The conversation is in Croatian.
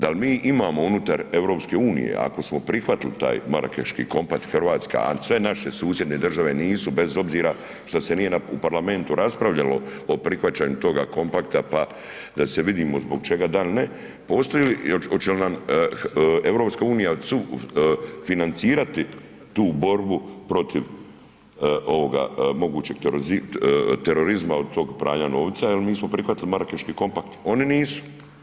Dal mi imamo unutar EU ako smo prihvatili taj Marakeški kompakt Hrvatska, a sve naše susjedne državne nisu bez obzira šta se nije u parlamentu raspravljalo o prihvaćanju toga kompakta pa da se vidimo zbog čega da, ne postoji li, oće li nam EU sufinancirati tu borbu protiv ovoga mogućem terorizma od tog pranja novca jer mi smo prihvatili Marakeški kompakt, oni nisu.